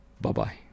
bye-bye